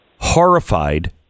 horrified